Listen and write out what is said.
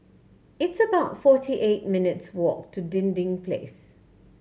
it's about forty eight minutes' walk to Dinding Place